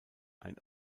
ein